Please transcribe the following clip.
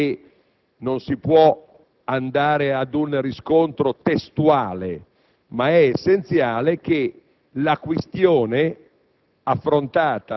È chiaro che non si può andare ad un riscontro testuale, ma è essenziale che una questione